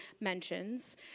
mentions